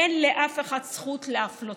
אין לאף אחד זכות להפלותם.